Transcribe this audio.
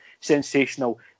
Sensational